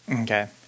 Okay